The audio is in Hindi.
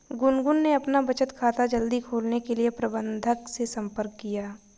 गुनगुन ने अपना बचत खाता जल्दी खोलने के लिए प्रबंधक से संपर्क किया